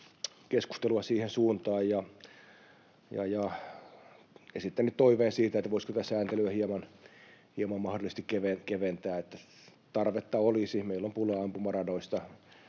keskustelua siihen suuntaan ja esittänyt toiveen siitä, voisiko tätä sääntelyä hieman mahdollisesti keventää. Tarvetta olisi, meillä on pulaa ampumaradoista.